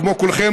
כמו כולכם,